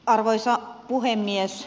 arvoisa puhemies